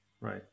Right